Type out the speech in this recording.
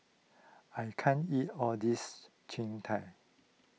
I can't eat all this Jian